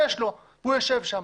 יש לו, הוא יושב שם.